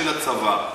של הצבא.